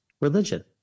religion